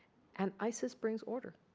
and isis brings order.